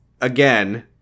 again